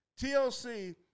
TLC